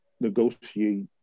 negotiate